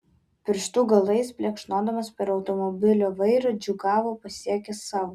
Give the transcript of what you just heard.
pirštų galais plekšnodamas per automobilio vairą džiūgavo pasiekęs savo